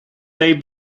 they